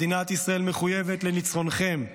מדינת ישראל מחויבת לניצחונכם.